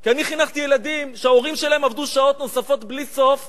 כי אני חינכתי ילדים שההורים שלהם עבדו שעות נוספות בלי סוף